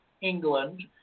England